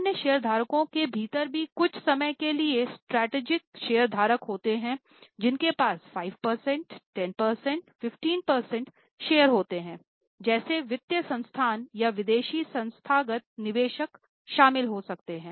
अन्य शेयरधारकों के भीतर भी कुछ समय के लिए स्ट्रेटेजिक शेयरधारक होते हैं जिनके पास 5 प्रतिशत 10 प्रतिशत 15 प्रतिशत शेयर होते हैं जैसे वित्तीय संस्थान या विदेशी संस्थागत निवेशक शामिल हो सकते हैं